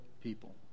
people